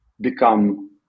become